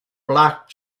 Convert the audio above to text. black